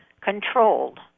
controlled